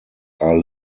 are